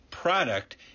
product